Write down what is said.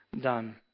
done